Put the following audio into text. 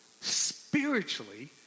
Spiritually